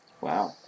Wow